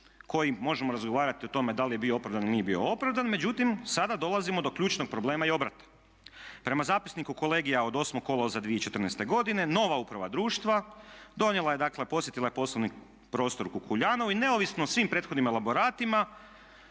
koji možemo razgovarati o tome da li je bio opravdan ili nije bio opravdan međutim sada dolazimo do ključnog problema i obrata. Prema zapisniku kolegija od 8. kolovoza 2014. godine nova uprava društva posjetila je dakle poslovni prostor u Kukuljanovu i neovisno o svim prethodnim elaboratima